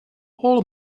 all